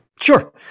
Sure